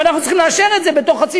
ואנחנו צריכים לאשר את זה בתוך חצי